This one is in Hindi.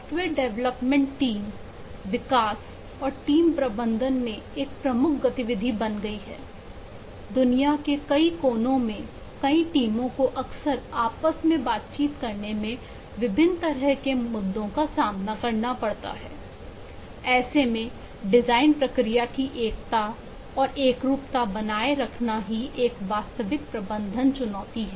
सॉफ्टवेयर डेवलपमेंट टीम विकास और टीम प्रबंधन में एक प्रमुख गतिविधि बन गई है दुनिया के कई कोनों में कई टीमों को अक्सर आपस में बातचीत करने में विभिन्न तरह के मुद्दों का सामना करना पड़ता है ऐसे में डिजाइन प्रक्रिया की एकता और एकरूपता बनाए रखना ही एक वास्तविक प्रबंधन चुनौती है